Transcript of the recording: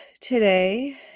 today